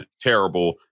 terrible